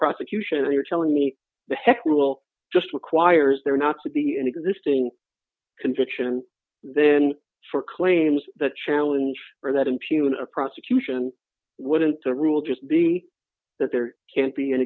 prosecution you're telling me the heck rule just requires there not to be an existing conviction then for claims that challenge for that impugn or prosecution wouldn't a rule just be that there can't be an